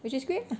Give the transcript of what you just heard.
which is great